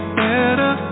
better